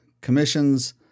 Commissions